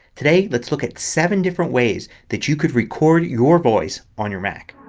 today let's look at seven different ways that you can record your voice on your mac.